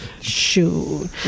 Shoot